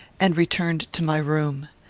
and returned to my room.